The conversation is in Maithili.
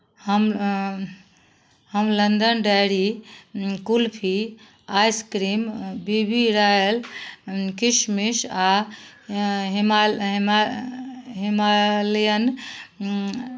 हम हम London dairy kulfi ice cream B B royal किशमिश आ हिमालयन